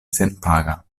senpaga